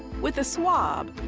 with a swab,